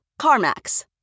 CarMax